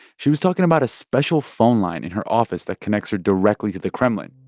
she was talking about a special phone line in her office that connects her directly to the kremlin.